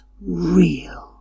real